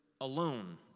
alone